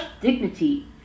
dignity